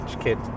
kid